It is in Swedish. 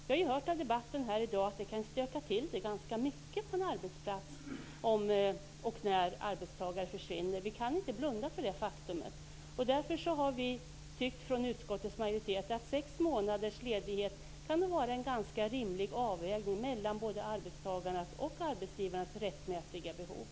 Vi har ju hört i debatten här i dag att det kan stöka till det ganska mycket på en arbetsplats om och när arbetstagare försvinner. Vi kan inte blunda för det faktumet. Därför har vi tyckt från utskottets majoritet att sex månaders ledighet kan vara en rimlig avvägning mellan arbetstagarnas och arbetsgivarnas rättmätiga behov.